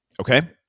Okay